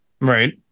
right